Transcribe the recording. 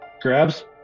grabs